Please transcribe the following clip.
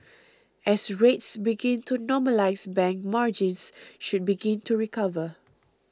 as rates begin to normalise bank margins should begin to recover